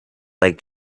like